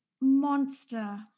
monster